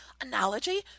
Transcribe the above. analogy